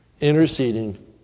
interceding